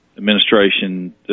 administration